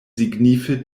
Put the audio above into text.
signife